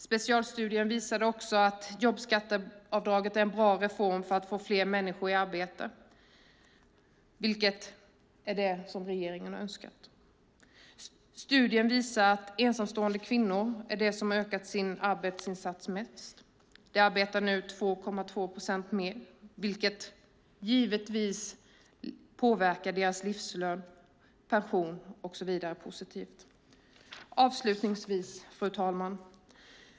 Specialstudien visar också att jobbskatteavdraget är en bra reform för att få fler människor i arbete, vilket är det som regeringen önskat. Studien visar vidare att ensamstående kvinnor är de som ökat sin arbetsinsats mest. De arbetar nu 2,2 procent mer, vilket naturligtvis påverkar deras livslön, pension och så vidare positivt. Avslutningsvis, fru talman!